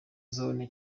zone